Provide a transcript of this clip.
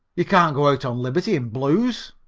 you can't go out on liberty in blues.